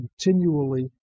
continually